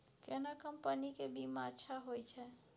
केना कंपनी के बीमा अच्छा होय छै?